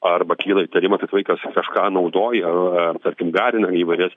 arba kyla įtarimas kad vaikas kažką naudoja ar tarkim garina įvairias